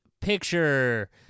picture